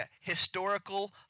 historical